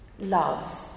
loves